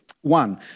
One